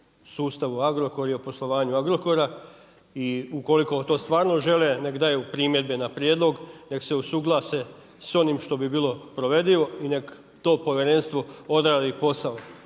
sustavu Agrokor i o poslovanju Agrokora i ukoliko to stvarno žele nek daju primjebe na prijedlog, nek se usuglase sa onim što bi bilo provedivo i nek to povjerenstvo odradi posao.